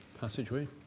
passageway